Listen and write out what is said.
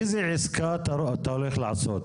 איזה עסקה אתה הולך לעשות?